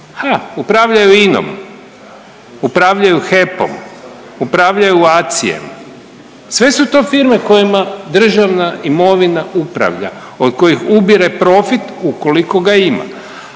upravljaju INA-om, upravljaju HEP-om, upravljaju ACI-em sve su to firme kojima Državna imovina upravlja od kojih ubire profit ukoliko ga ima.